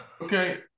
Okay